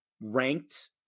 ranked